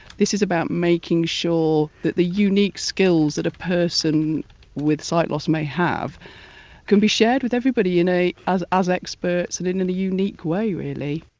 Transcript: this is about making sure that the unique skills that a person with sight loss may have can be shared with everybody in a. as as experts and in in a unique way really.